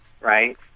right